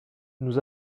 nous